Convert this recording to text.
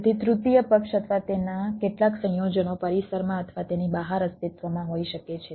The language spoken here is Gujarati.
તેથી તૃતીય પક્ષ અથવા તેના કેટલાક સંયોજનો પરિસરમાં અથવા તેની બહાર અસ્તિત્વમાં હોઈ શકે છે